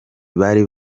bari